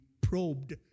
probed